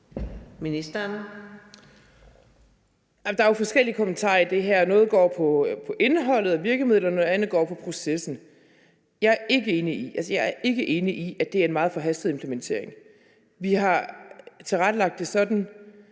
Egelund): Der er jo forskellige kommentarer her. Noget går på indholdet og virkemidlerne. Noget andet går på processen. Jeg er ikke enig i, at det er en meget forhastet implementering. Vi har tilrettelagt det sådan,